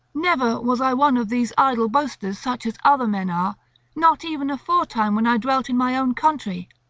never was i one of these idle boasters such as other men are not even aforetime, when i dwelt in my own country.